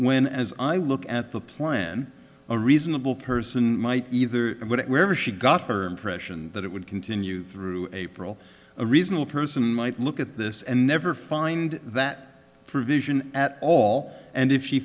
when as i look at the plan a reasonable person might either wherever she got her impression that it would continue through april a reasonable person might look at this and never find that vision at all and if he